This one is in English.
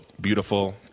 beautiful